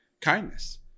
Kindness